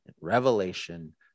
revelation